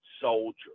soldier